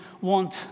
want